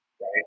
right